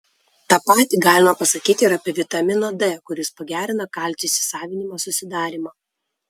tą patį galima pasakyti ir apie vitamino d kuris pagerina kalcio įsisavinimą susidarymą